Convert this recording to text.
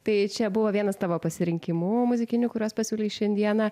tai čia buvo vienas tavo pasirinkimų muzikinių kuriuos pasiūlei šiandieną